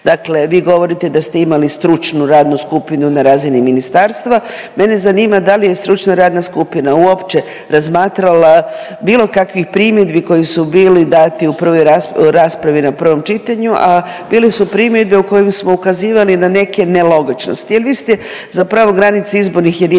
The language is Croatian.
Dakle, vi govorite da ste imali stručnu radnu skupinu na razini ministarstva, mene zanima da li je stručna radna skupina uopće razmatrala bilo kakvih primjedbi koji su bili dati u prvoj raspravi, raspravi na prvom čitanju a bili su primjedbe u kojim smo ukazivali na neke nelogičnosti jer vi ste zapravo granice izbornih jedinica